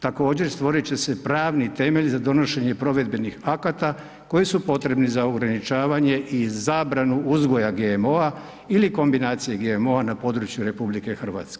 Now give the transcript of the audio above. Također stvorit će se pravni temelj za donošenje provedbenih akata koji su potrebni za ograničavanje i zabranu uzgoja GMO-a ili kombinaciju GMO-a na području RH.